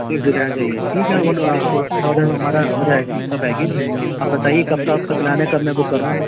ایک بجے آ جائیے ٹھیک ہے ون وا فورٹی تھاؤزینڈ میں ہمارا ہو جائے گا آپ کا پیکج اب بتائیے کب کا آپ کا پلان ہے کب میں بک کروں